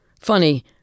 Funny